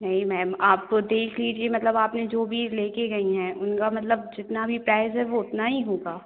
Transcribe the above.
नहीं मैम आपको देख लीजिए मतलब आपने जो भी लेकर गईं हैं उनका मतलब जितना भी प्राइज़ है वह उतना ही होगा